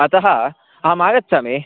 अतः अहम् आगच्छामि